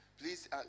please